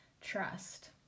trust